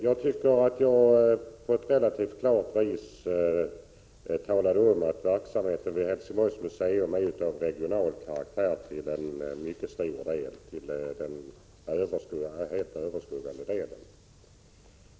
Jag tycker att jag relativt klart redovisade att verksamheten vid Helsingborgs museum till helt övervägande del är av regional karaktär.